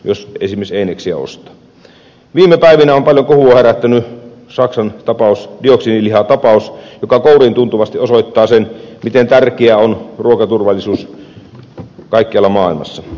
viime päivinä on paljon kohua herättänyt saksan tapaus dioksiinilihatapaus joka kouriintuntuvasti osoittaa sen miten tärkeää on ruokaturvallisuus kaikkialla maailmassa